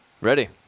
Ready